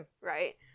Right